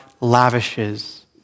lavishes